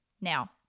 Now